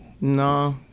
No